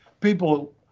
people